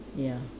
ya